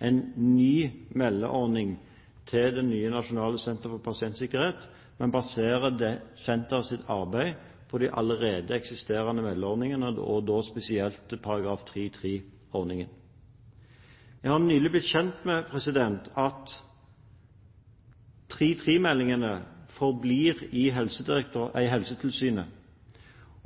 en ny meldeordning til det nye nasjonale senteret for pasientsikkerhet, men basere senterets arbeid på de allerede eksisterende meldeordningene, og da spesielt § 3-3-ordningen. Jeg har nylig blitt kjent med at § 3-3-meldingene forblir i Helsetilsynet,